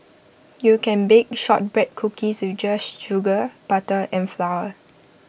you can bake Shortbread Cookies with just sugar butter and flour